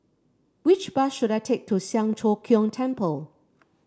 which bus should I take to Siang Cho Keong Temple